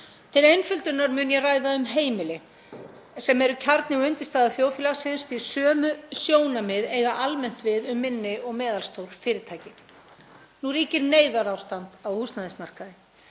Til einföldunar mun ég ræða um heimili sem eru kjarni og undirstaða þjóðfélagsins, því að sömu sjónarmið eiga almennt við um minni og meðalstór fyrirtæki. Nú ríkir neyðarástand á húsnæðismarkaði.